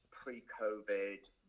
pre-COVID